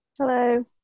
Hello